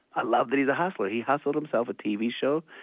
i love that he's a hustler. he hustled himself a tv show.